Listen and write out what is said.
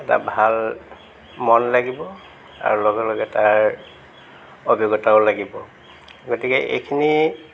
এটা ভাল মন লাগিব আৰু লগে লগে তাৰ অভিজ্ঞতাও লাগিব গতিকে এইখিনি